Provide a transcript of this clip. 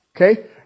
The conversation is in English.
Okay